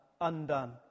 undone